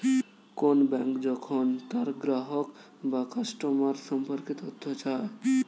কোন ব্যাঙ্ক যখন তার গ্রাহক বা কাস্টমার সম্পর্কে তথ্য চায়